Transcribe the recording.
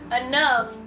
enough